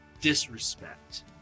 disrespect